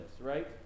right